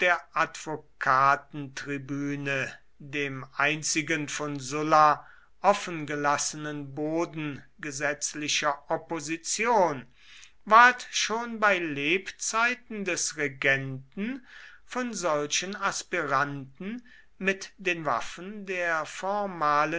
der advokatentribüne dem einzigen von sulla offengelassenen boden gesetzlicher opposition ward schon bei lebzeiten des regenten von solchen aspiranten mit den waffen der formalen